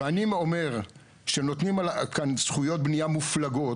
ואני אומר שנותנים כאן זכויות בנייה מופלגות,